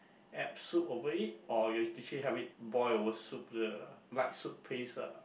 add soup over it or you actually have it boil over soup the light soup paste uh